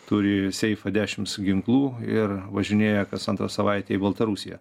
turi seifą dešimts ginklų ir važinėja kas antrą savaitę į baltarusiją